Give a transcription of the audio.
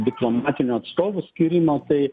diplomatinių atstovų skyrimo tai